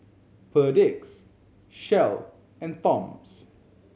Perdix Shell and Toms